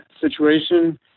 situation